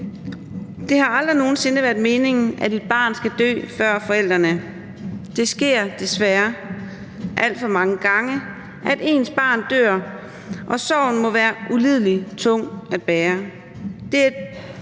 Det har aldrig nogen sinde været meningen, at et barn skal dø før forældrene. Det sker desværre alt for mange gange, at ens barn dør, og sorgen må være ulidelig tung at bære.